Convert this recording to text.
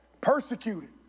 Persecuted